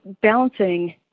balancing